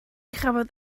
chafodd